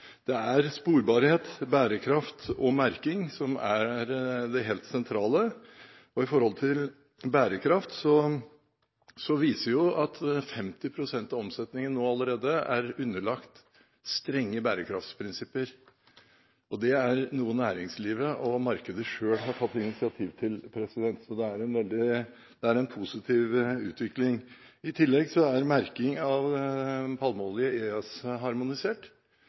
Det er sporbarhet, bærekraft og merking som er det helt sentrale. Når det gjelder bærekraft, er 50 pst. av omsetningen allerede underlagt strenge bærekraftprinsipper, og det er noe næringslivet og markedet selv har tatt initiativ til. Det er en positiv utvikling. I tillegg er merking av palmeolje